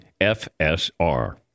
FSR